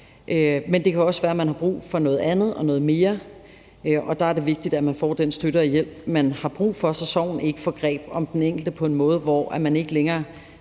men det kan også være, man har brug for noget andet og noget mere, og der er det vigtigt, at man får den støtte og hjælp, man har brug for, så sorgen ikke får greb om den enkelte på en måde, hvor man ikke længere